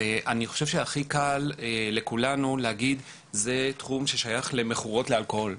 אני חושב שהכי קל לכולנו להגיד שזה תחום ששייך למכורות לאלכוהול,